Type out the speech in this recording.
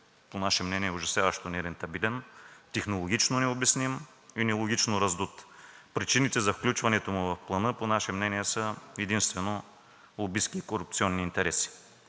по наше мнение е ужасяващо нерентабилен, технологично необясним и нелогично раздут. Причините за включването му в Плана по наше мнение са единствено лобистки и корупционни интереси.